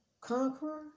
conqueror